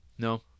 No